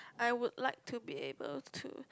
I would like to be able to